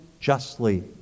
justly